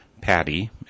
Patty